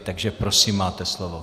Takže prosím, máte slovo.